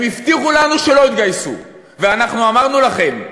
והם הבטיחו לנו שלא יתגייסו, ואנחנו אמרנו לכם: